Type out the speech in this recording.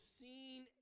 seen